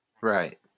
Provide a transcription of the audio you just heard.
Right